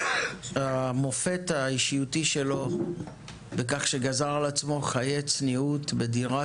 המופת האישיותי שלו בכך שגזר על עצמו חיי צניעות בדירה